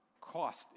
cost